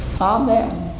amen